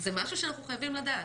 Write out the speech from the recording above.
זה משהו שאנחנו חייבים לדעת.